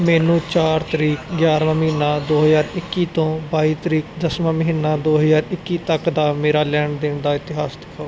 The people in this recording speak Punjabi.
ਮੈਨੂੰ ਚਾਰ ਤਰੀਕ ਗਿਆਰਵਾਂ ਮਹੀਨਾ ਦੋ ਹਜ਼ਾਰ ਇੱਕੀ ਤੋਂ ਬਾਈ ਤਰੀਕ ਦਸਵਾਂ ਮਹੀਨਾ ਦੋ ਹਜ਼ਾਰ ਇੱਕੀ ਤੱਕ ਦਾ ਮੇਰੇ ਲੈਣ ਦੇਣ ਦਾ ਇਤਿਹਾਸ ਦਿਖਾਓ